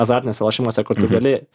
azartiniuose lošimuose kur tu gali